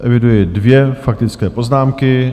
Eviduji dvě faktické poznámky.